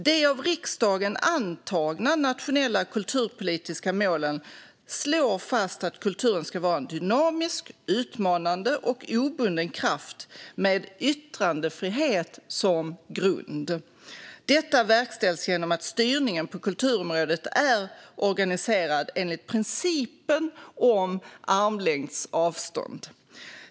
De av riksdagen antagna nationella kulturpolitiska målen slår fast att kulturen ska vara en dynamisk, utmanande och obunden kraft med yttrandefriheten som grund. Detta verkställs genom att styrningen på kulturområdet är organiserad enligt principen om armlängds avstånd.